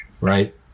right